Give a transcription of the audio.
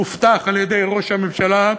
הובטח על-ידי ראש הממשלה,